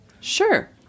sure